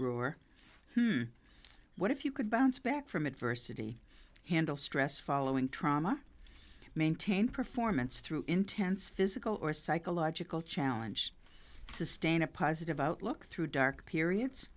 rohr what if you could bounce back from adversity handle stress following trauma maintain performance through intense physical or psychological challenge sustain a positive outlook through dark periods